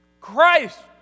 Christ